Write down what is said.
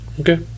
Okay